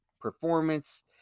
performance